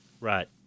Right